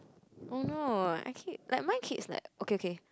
oh no I kid like my kids like okay okay